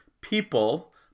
people